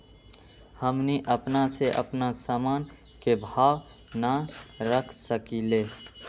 हमनी अपना से अपना सामन के भाव न रख सकींले?